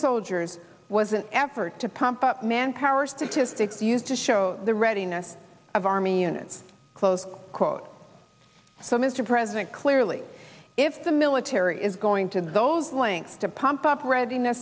soldiers was an effort to pump up manpower statistics used to show the readiness of army units close quote so mr president clearly if the military is going to those lengths to pump up read